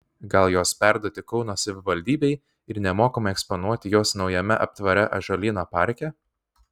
gal juos perduoti kauno savivaldybei ir nemokamai eksponuoti juos naujame aptvare ąžuolyno parke